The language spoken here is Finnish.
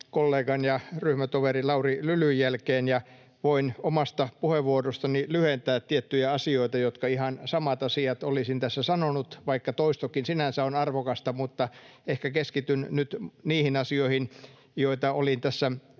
ja ryhmätoverin, Lauri Lylyn, jälkeen, ja voin omasta puheenvuorostani lyhentää tiettyjä asioita, jotka ihan samat asiat olisin tässä sanonut — vaikka toistokin sinänsä on arvokasta, ehkä keskityn nyt niihin asioihin, joita olin äsken